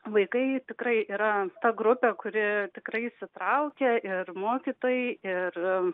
vaikai tikrai yra ta grupė kuri tikrai įsitraukia ir mokytojai ir